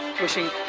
wishing